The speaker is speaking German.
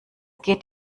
geht